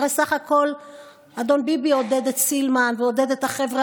הרי בסך הכול אדון ביבי עודד את סילמן ועודד את החבר'ה